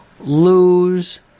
lose